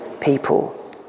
people